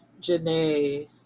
janae